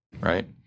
right